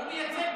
הוא מייצג ציבור.